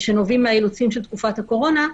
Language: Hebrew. שנובעים מהאילוצים של תקופת הקורונה.